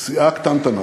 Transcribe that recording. סיעה קטנטנה,